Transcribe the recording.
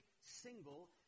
single